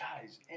guys